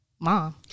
mom